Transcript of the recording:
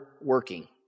working